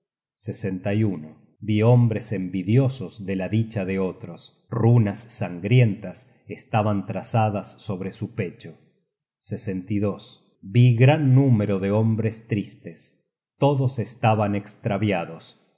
con severas runas vi hombres envidiosos de la dicha de otros runas sangrientas estaban trazadas sobre su pecho vi gran número de hombres tristes todos estaban estraviados